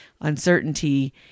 uncertainty